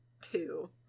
two